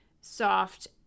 soft